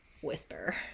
whisper